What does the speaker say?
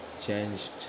changed